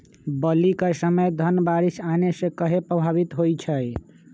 बली क समय धन बारिस आने से कहे पभवित होई छई?